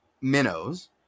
minnows